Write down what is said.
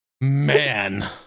Man